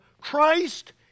Christ